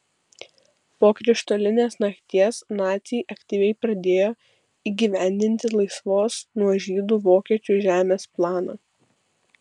po krištolinės nakties naciai aktyviai pradėjo įgyvendinti laisvos nuo žydų vokiečių žemės planą